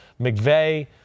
McVeigh